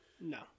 No